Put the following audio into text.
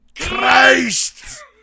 Christ